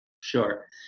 Sure